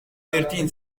thirteen